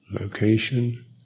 location